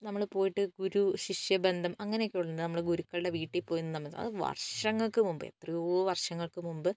നമ്മള് പോയിട്ട് ഗുരുശിഷ്യ ബന്ധം അങ്ങനെയൊക്കെയുണ്ട് നമ്മൾ ഗുരുക്കളുടെ വീട്ടിൽ പോയി നിന്ന് അത് വർഷങ്ങൾക്ക് മുൻപെ എത്രയോ വർഷങ്ങൾക്ക് മുമ്പ്